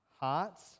hearts